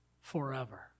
forever